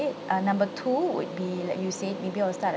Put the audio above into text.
it uh number two would be like you said maybe I'll start a